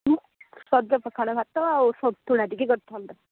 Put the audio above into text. ସଜ ପଖାଳ ଭାତ ଆଉ ସନ୍ତୁଳା ଟିକେ କରିଥାନ୍ତ